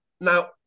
now